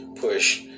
push